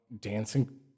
dancing